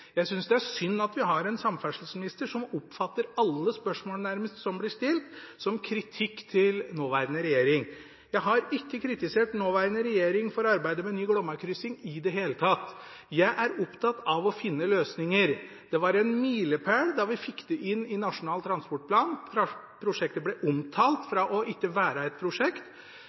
Jeg synes det er synd at vi har en samferdselsminister som oppfatter nærmest alle spørsmål som blir stilt, som kritikk mot nåværende regjering. Jeg har ikke kritisert nåværende regjering for arbeidet med ny Glomma-kryssing i det hele tatt – jeg er opptatt av å finne løsninger. Det var en milepæl da vi fikk det inn i Nasjonal transportplan. Prosjektet ble omtalt – fra ikke å være et prosjekt